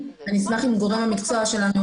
לדבר.